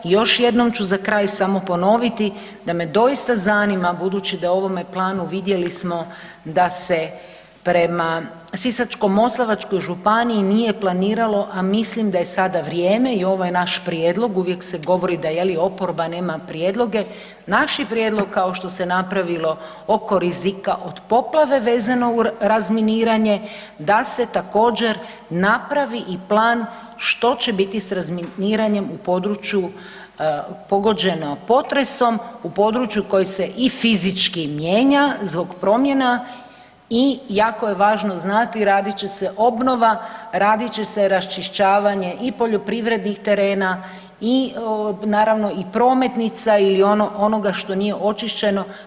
I još jednom ću za kraj samo ponoviti da me doista zanima budući da u ovome planu vidjeli smo da se prema Sisačko-moslavačkoj županiji nije planiralo, a mislim da je sada vrijeme i ovo je naš prijedlog, uvijek se govori da je li oporba nema prijedloge, naš je prijedlog kao što se napravilo oko rizika od poplave vezano uz razminiranje da se također napravi i plan što će biti s razminiranjem u području pogođeno potresom u području koje se i fizički mijenja zbog promjena i jako je važno znati radit će se obnova, radit će se raščišćavanje i poljoprivrednih terena, naravno i prometnica i onoga što nije očišćeno.